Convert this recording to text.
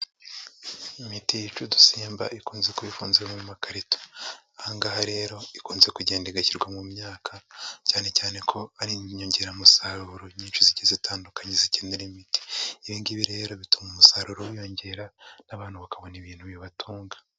Imiti yica udusimba ikunze kuba ifunze mu makarito, aha ngaha rero ikunze kugenda igashyirwa mu myaka cyane cyane ko ari inyongeramusaruro nyinshi zigiye zitandukanye zikenera imiti, ibi ngibi rero bituma umusaruro wiyongera n'abantu bakabona ibintu bibatunga.